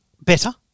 better